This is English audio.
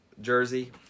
Jersey